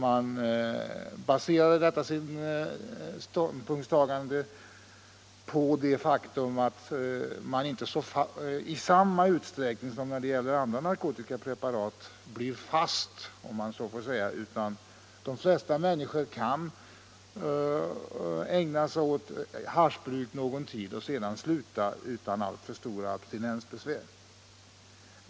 De baserade detta ståndpunktstagande på det faktum att man inte i samma utsträckning som när det gäller andra narkotikapreparat blir fast — om jag så får säga. De flesta människor kan ägna sig åt haschbruk någon tid och sedan sluta utan alltför stora abstinensbesvär.